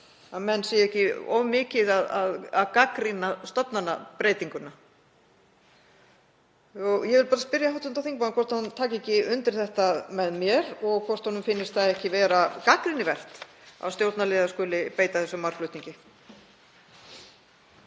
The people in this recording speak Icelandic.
að menn séu ekki að gagnrýna stofnanabreytinguna of mikið. Ég vil bara spyrja hv. þingmann hvort hann taki ekki undir þetta með mér og hvort honum finnist það ekki vera gagnrýnivert að stjórnarliðar skuli beita þessum málflutningi.